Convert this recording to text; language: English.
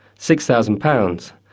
six thousand pounds,